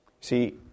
See